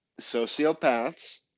sociopaths